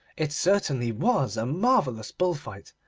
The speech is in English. it certainly was a marvellous bull-fight,